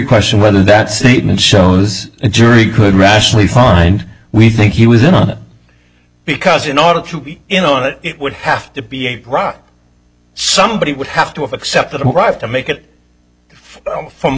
question whether that statement shows a jury could rationally find we think he was in on it because in order to be in on it it would have to be a prop somebody would have to have accepted the right to make it f